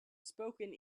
spoken